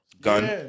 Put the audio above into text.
Gun